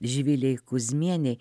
živilei kuzmienei